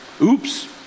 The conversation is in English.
Oops